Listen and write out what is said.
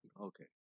okay